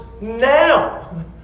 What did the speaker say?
now